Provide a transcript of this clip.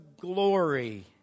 glory